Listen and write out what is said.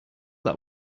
that